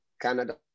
Canada